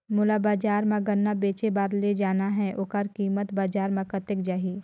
मोला बजार मां गन्ना बेचे बार ले जाना हे ओकर कीमत बजार मां कतेक जाही?